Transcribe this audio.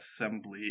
Assembly